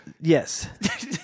Yes